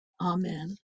Amen